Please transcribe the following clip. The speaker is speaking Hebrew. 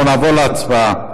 אנחנו נעבור להצבעה.